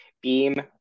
beam